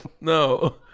No